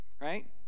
right